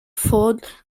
ford